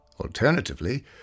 Alternatively